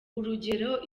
urugero